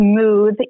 smooth